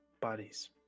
bodies